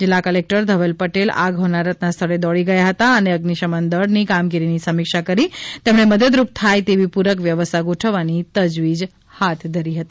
જિલ્લા કલેકટર ધવલ પટેલ આગ હોનારત ના સ્થળે દોડી ગયા હતા અને અઝિશમન દળ ની કામગીરી ની સમિક્ષા કરી તેમણે મદદરૂપ થાય તેવી પૂરક વ્યવસ્થા ગોઠવવાની તજવીજ હાથ ધરી હતી